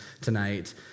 tonight